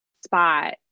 spot